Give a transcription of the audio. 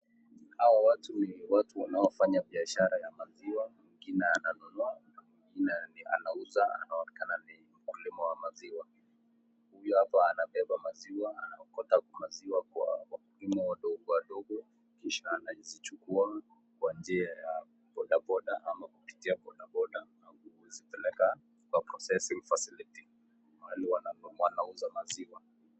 Hawa watu wanaofanya biashara ya maziwa, mwingine ananunua na mwingine anauza, anaonekana ni mkulima wa maziwa huyu hapa anabeba maziwa, anaokota maziwa kwa wakulima wadogo wadogo, kisha anazichukua kwa njia ya bodaboda ama kupitia bodaboda, na kuzipeleka kwa processing facility , mahali wanauza maziwa.